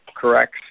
correct